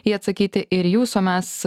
jį atsakyti ir jūs o mes